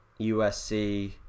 USC